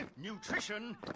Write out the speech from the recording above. nutrition